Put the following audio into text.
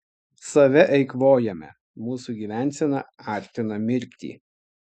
save eikvojame mūsų gyvensena artina mirtį